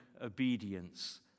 obedience